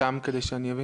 סתם כדי שאני אבין.